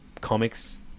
comics